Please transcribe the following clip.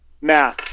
math